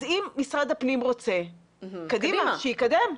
אם משרד הפנים רוצה, קדימה, שיקדם.